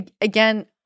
again